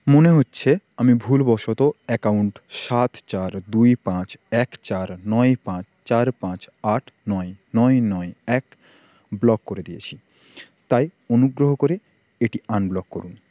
মনে হচ্ছে আমি ভুলবশত অ্যাকাউন্ট সাত চার দুই পাঁচ এক চার নয় পাঁচ চার পাঁচ আট নয় নয় নয় এক ব্লক করে দিয়েছি তাই অনুগ্রহ করে এটি আনব্লক করুন